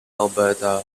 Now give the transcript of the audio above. alberta